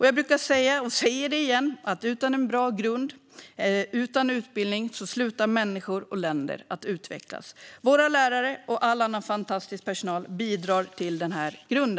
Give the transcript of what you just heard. Jag brukar säga, och säger det igen, att utan en bra grund, utan utbildning, slutar människor och länder att utvecklas. Våra lärare och all annan fantastisk skolpersonal bidrar till denna grund.